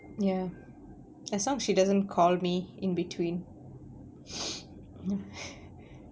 ya as long she doesn't call me in between